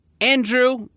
Andrew